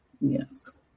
Yes